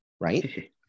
right